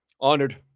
honored